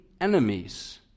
enemies